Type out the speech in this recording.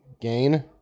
Gain